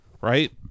right